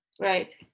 Right